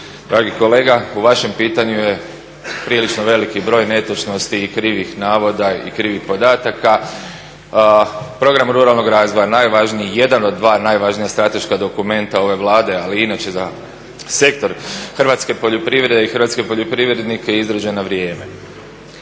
dragi kolega. U vašem pitanju je prilično veliki broj netočnosti i krivih navoda i krivih podataka. Program ruralnog razvoja najvažniji, jedan od dva najvažnija strateška dokumenta ove Vlade ali i inače za sektor hrvatske poljoprivrede i hrvatske poljoprivrednike izrađen na vrijeme.